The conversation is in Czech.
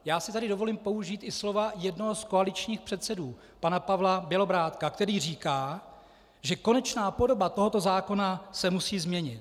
Já si tady dovolím použít i slova jednoho z koaličních předsedů, pana Pavla Bělobrádka, který říká, že konečná podoba tohoto zákona se musí změnit.